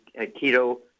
Keto